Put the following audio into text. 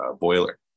boiler